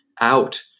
out